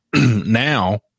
Now